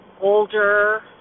older